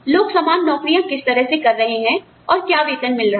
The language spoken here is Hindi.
लोग समान नौकरियाँ किस तरह कर रहे हैं और क्या वेतन मिल रहा है